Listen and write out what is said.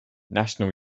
national